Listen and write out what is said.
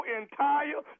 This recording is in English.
entire